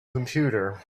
computer